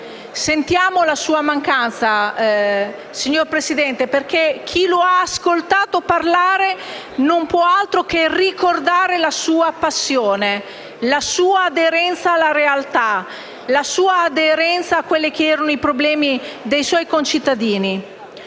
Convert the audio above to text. Sentiamo la sua mancanza, signor Presidente, perché chi lo ha ascoltato parlare, non può far altro che ricordare la sua passione e la sua aderenza alla realtà e ai problemi dei suoi concittadini.